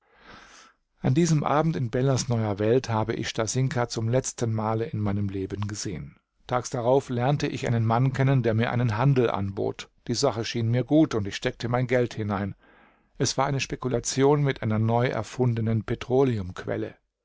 an diesem abend in bellers neuer welt habe ich stasinka zum letzten male in meinem leben gesehen tags darauf lernte ich einen mann kennen der mir einen handel anbot die sache schien mir gut und ich steckte mein geld hinein es war eine spekulation mit einer neuerfundenen